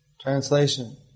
Translation